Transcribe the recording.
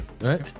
Right